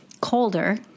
colder